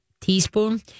teaspoon